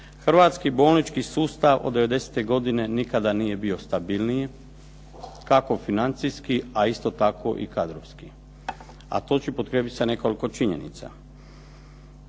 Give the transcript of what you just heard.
hrvatski bolnički sustav od '90.-e godine nikada nije bio stabilniji kako financijski, a isto tako i kadrovski. A to ću potkrijepiti sa nekoliko činjenica.